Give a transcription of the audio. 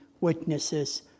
witnesses